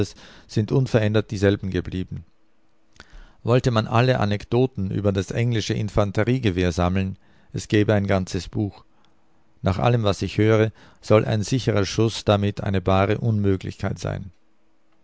sind unverändert dieselben geblieben wollte man alle anekdoten über das englische infanteriegewehr sammeln es gäbe ein ganzes buch nach allem was ich höre soll ein sicherer schuß damit eine bare unmöglichkeit sein